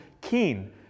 keen